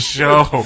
show